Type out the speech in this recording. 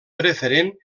preferent